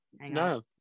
no